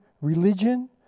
religion